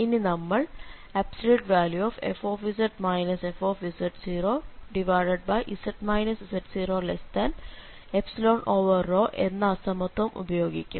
ഇനി നമ്മൾ fz fz z0ρ എന്ന അസമത്വം ഉപയോഗിക്കും